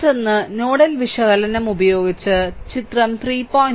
മറ്റൊന്ന് നോഡൽ വിശകലനം ഉപയോഗിച്ച് ചിത്രം 3